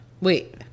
Wait